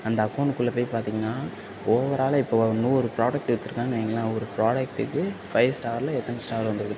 அந்த அக்கவுண்ட் குள்ளே போய் பார்த்தீங்கன்னா ஓவராலாக இப்போ வந்து ஒரு நூறு ப்ராடக்ட் எடுத்துருக்காங்கேன்னு வைங்களேன் ஒரு ப்ராடக்ட்டுக்கு ஃபைவ் ஸ்டாரில் எத்தனை ஸ்டார் வந்துரு